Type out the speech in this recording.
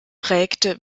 prägte